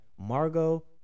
Margot